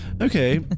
Okay